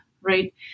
right